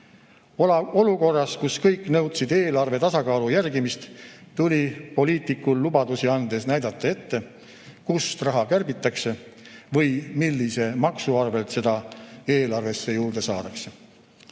Olukorras, kui kõik nõudsid eelarve tasakaalu järgimist, tuli poliitikul lubadusi andes näidata ette, kust raha kärbitakse või millise maksu arvel seda eelarvesse juurde saadakse.